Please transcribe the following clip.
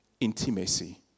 intimacy